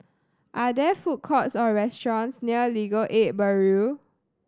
are there food courts or restaurants near Legal Aid Bureau